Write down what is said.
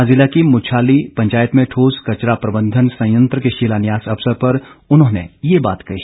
ऊना जिला की मुच्छाली पंचायत में ठोस कचरा प्रबंधन संयंत्र के शिलान्यास अवसर पर उन्होंने ये बात कही